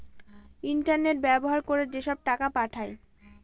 internet ব্যবহার করে যেসব টাকা পাঠায়